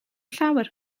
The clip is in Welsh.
llawer